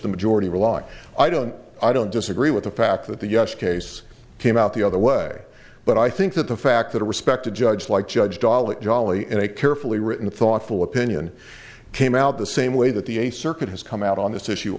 the majority rely i don't i don't disagree with the fact that the yes case came out the other way but i think that the fact that a respected judge like judge dolly jolly in a carefully written thoughtful opinion came out the same way that the a circuit has come out on this issue